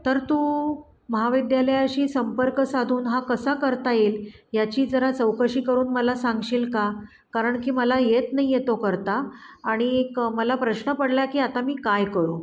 तर तू महाविद्यालयाशी संपर्क साधून हा कसा करता येईल याची जरा चौकशी करून मला सांगशील का कारण की मला येत नाही आहे तो करता आणि एक मला प्रश्न पडला की आता मी काय करू